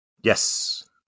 Yes